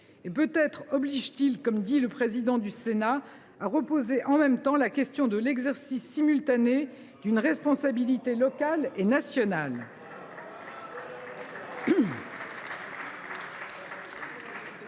peut être oblige t il, comme le dit le président du Sénat, à reposer en même temps la question de l’exercice simultané d’une responsabilité locale et nationale.